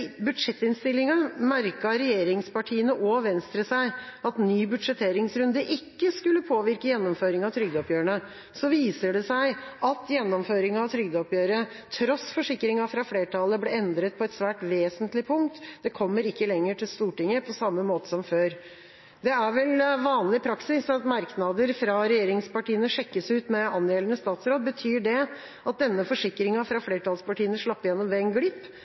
budsjettinnstillinga merket regjeringspartiene og Venstre seg at ny budsjetteringsrunde ikke skulle påvirke gjennomføringen av trygdeoppgjørene, og så viser det seg at gjennomføringen av trygdeoppgjøret, tross forsikringer fra flertallet, ble endret på et svært vesentlig punkt. Det kommer ikke lenger til Stortinget på samme måte som før. Det er vel vanlig praksis at merknader fra regjeringspartiene sjekkes ut med angjeldende statsråd. Betyr det at denne forsikringen fra flertallspartiene slapp igjennom ved en glipp,